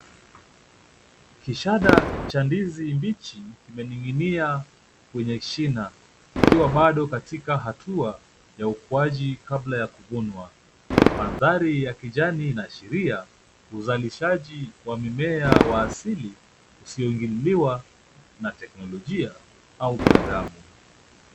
Kishada cha ndizi mbichi imening'inia kwenye shina ikiwa bado katika hatua ya ukuaji kabla ya kuvunwa. Mandhari ya kijani inaashiria uzalishaji wa mimea wa asili usioingililiwa na teknolojia au binadamu.